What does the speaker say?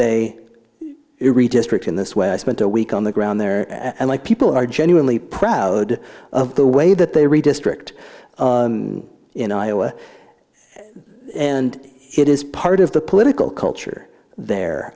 they redistricting this way i spent a week on the ground there and like people are genuinely proud of the way that they redistrict in iowa and it is part of the political culture there